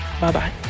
Bye-bye